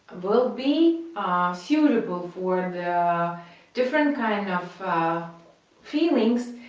will be ah suitable for the different kind of feelings.